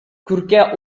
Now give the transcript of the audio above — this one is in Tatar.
күркә